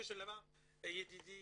ידידי